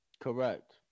Correct